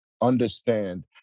understand